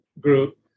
group